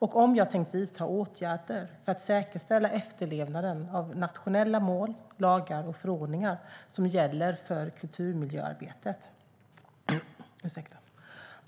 och om jag tänker vidta några åtgärder för att säkerställa efterlevnaden av nationella mål, lagar och förordningar som gäller för kulturmiljöarbetet.